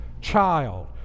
Child